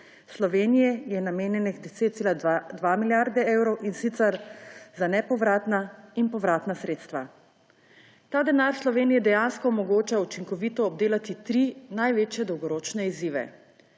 Sloveniji je namenjenih 10,2 milijarde evrov, in sicer za nepovratna in povratna sredstva. Ta denar Sloveniji dejansko omogoča učinkovito obdelati tri največje dolgoročne izzive;